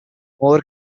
more